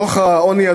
דוח העוני,